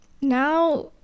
now